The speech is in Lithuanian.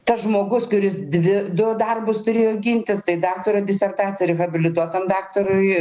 tas žmogus kuris dvi du darbus turėjo gintis tai daktaro disertaciją ir habilituotam daktarui